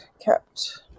kept